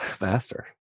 master